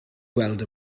gweld